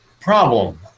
problem